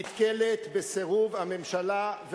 נתקלת בסירוב הממשלה.